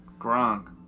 Gronk